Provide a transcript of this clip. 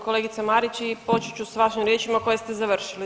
Kolegice Marić i počet ću s vašim riječima koje ste završili.